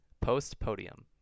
post-podium